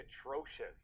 atrocious